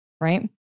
Right